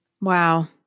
Wow